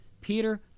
Peter